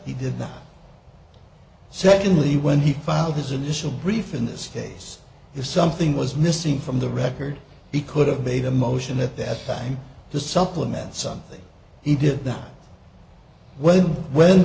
he did not secondly when he filed his initial brief in this case if something was missing from the record he could have made a motion at that time to supplement something he did th